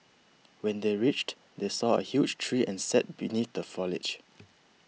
when they reached they saw a huge tree and sat beneath the foliage